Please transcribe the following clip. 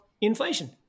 inflation